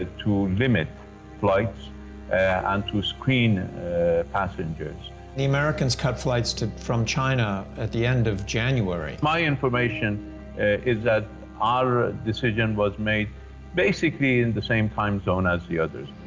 ah to limit flights and to screen passengers. smith the americans cut flights to, from china at the end of january. my information is that our decision was made basically in the same time zone as the others.